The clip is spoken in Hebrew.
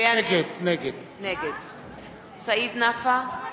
נגד סעיד נפאע,